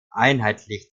einheitlich